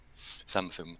Samsung